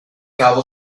cabo